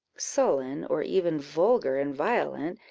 sullen, or even vulgar and violent,